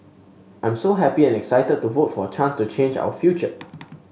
I'm so happy and excited to vote for a chance to change our future